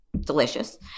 delicious